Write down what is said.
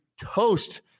toast